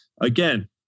again